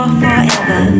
forever